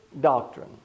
doctrine